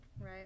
right